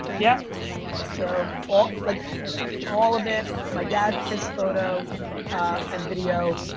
yeah so, all like all of it, my dad kiss photo and video,